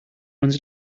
runs